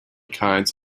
kinds